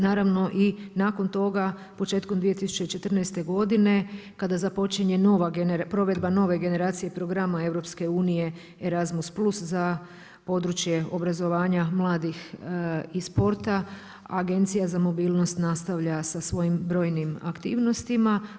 Naravno i nakon toga, početkom 2014. godine kada započinje nova, provedba nove generacije programa EU Erasmus+ za područje obrazovanja mladih i sporta Agencija za mobilnost nastavlja sa svojim brojnim aktivnostima.